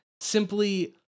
simply